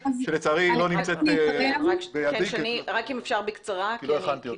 שלצערי היא לא נמצאת בידי כרגע כי לא הכנתי אותה.